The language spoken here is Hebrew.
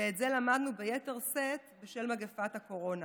ואת זה למדנו ביתר שאת בשל מגפת הקורונה.